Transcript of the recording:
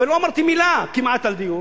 ולא אמרתי מלה כמעט על דיור,